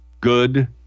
Good